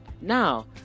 Now